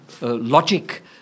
logic